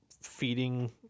feeding